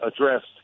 addressed